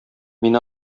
мин